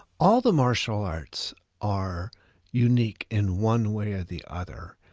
all the martial arts are unique in one way or the other.